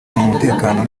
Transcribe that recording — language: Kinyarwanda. n’umutekano